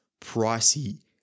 pricey